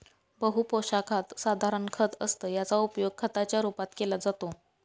बहु पोशाखात साधारण खत असतं याचा उपयोग खताच्या रूपात केला जातो